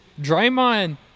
Draymond